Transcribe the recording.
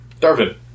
Darvin